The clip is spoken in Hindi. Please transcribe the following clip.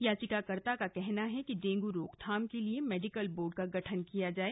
याचिकाकर्ता का कहना है कि डेंगू रोकथाम के लिए मेडिकल बोर्ड का गठन किया जाए